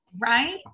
Right